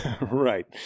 Right